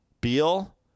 Beal